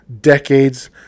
decades